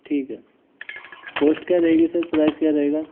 ठीक है कोस्ट क्या रहेगी सर प्राइस क्या रहेगा